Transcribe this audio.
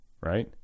right